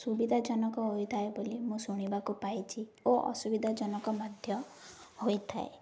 ସୁବିଧାଜନକ ହୋଇଥାଏ ବୋଲି ମୁଁ ଶୁଣିବାକୁ ପାଇଛି ଓ ଅସୁବିଧାଜନକ ମଧ୍ୟ ହୋଇଥାଏ